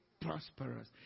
prosperous